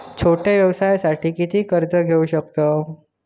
छोट्या व्यवसायासाठी किती कर्ज घेऊ शकतव?